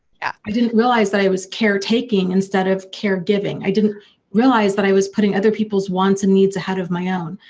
yeah i didn't realize that i was caretaking instead of caregiving. i didn't realize that i was putting other people's wants and needs ahead of my own.